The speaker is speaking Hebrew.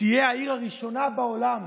תהיה העיר הראשונה בעולם